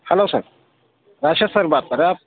hello sir Wasif sir بات کر رہے آپ